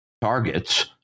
targets